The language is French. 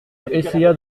essaya